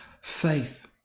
faith